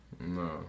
No